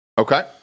Okay